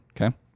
Okay